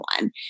one